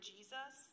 Jesus